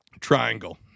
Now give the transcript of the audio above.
Triangle